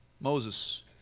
Moses